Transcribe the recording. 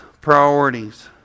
priorities